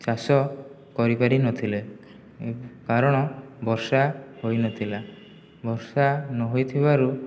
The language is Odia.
ଚାଷ କରିପାରିନଥିଲେ କାରଣ ବର୍ଷା ହୋଇନଥିଲା ବର୍ଷା ନ ହୋଇଥିବାରୁ